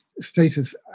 status